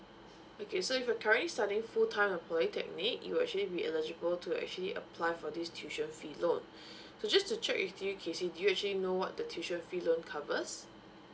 okay so if you're currently studying full time in the polytechnic you will actually be eligible to actually apply for this tuition fee loan so just to check with you kesy do you actually know what the tuition fee loan covers